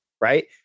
right